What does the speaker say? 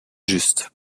juste